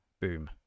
Boom